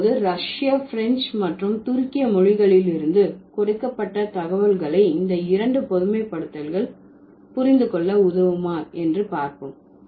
இப்போது ரஷ்ய பிரெஞ்சு மற்றும் துருக்கிய மொழிகளிலிருந்து கொடுக்கப்பட்ட தகவல்களை இந்த இரண்டு பொதுமைப்படுத்தல்கள் புரிந்து கொள்ள உதவுமா என்று பார்ப்போம்